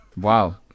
Wow